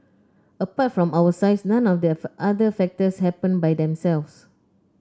apart from our size none of the other factors happened by themselves